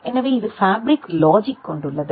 எனவே இது fabric logic கொண்டுள்ளது